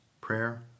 prayer